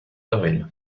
avril